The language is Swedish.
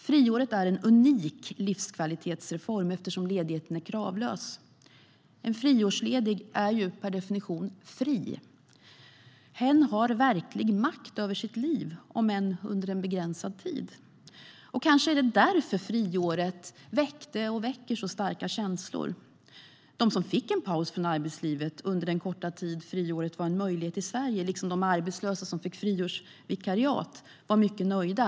Friåret är en unik livskvalitetsreform eftersom ledigheten är kravlös. En friårsledig är ju per definition fri. Hen har verklig makt över sitt liv, om än under en begränsad tid. Kanske är det därför friåret väckte och väcker så starka känslor. De som fick en paus från arbetslivet under den korta tid friåret var en möjlighet i Sverige, liksom de arbetslösa som fick friårsvikariat, var mycket nöjda.